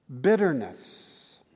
bitterness